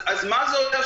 אז מה זה אומר?